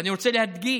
ואני רוצה להדגיש: